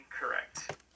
Correct